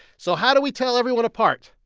so how do we tell everyone apart?